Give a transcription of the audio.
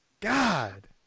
God